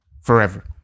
forever